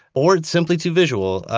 or it's simply too visual.